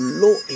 low